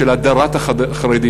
של הדרת החרדים,